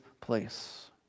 place